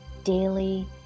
daily